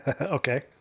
Okay